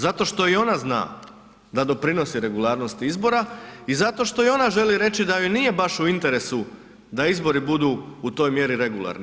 Zato što i ona zna da doprinosi regularnosti izbora i zato što i ona želi reći da joj nije baš u interesu da izbori budu u toj mjeri regularni.